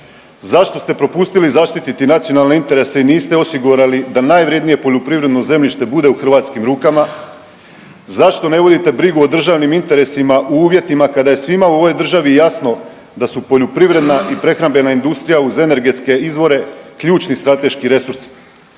Zašto ste propustili zaštiti nacionalne interese i niste osigurali da najvrjednije poljoprivredno zemljište bude u hrvatskim rukama? Zašto ne vodite brigu o državnim interesima u uvjetima kada je svima u ovoj državi jasno da su poljoprivredna i prehrambena industrija uz energetske izvore ključni strateški resurs?